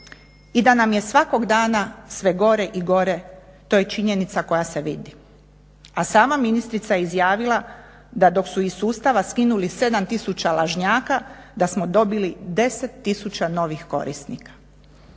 i da nam je svakog dana sve gore i gore to je činjenica koja se vidi, a sama ministrica je izjavila da dok su iz sustava skinuli 7000 lažnjaka da smo dobili 10 000 novih korisnika.